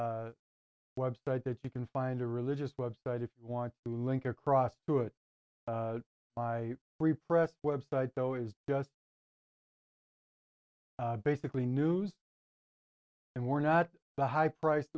website that you can find a religious website if you want to link across to it my repressed website though is dust basically news and we're not the high price